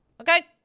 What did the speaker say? Okay